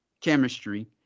chemistry